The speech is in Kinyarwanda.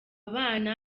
bana